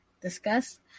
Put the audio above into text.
discuss